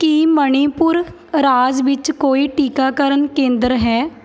ਕੀ ਮਣੀਪੁਰ ਰਾਜ ਵਿੱਚ ਕੋਈ ਟੀਕਾਕਰਨ ਕੇਂਦਰ ਹੈ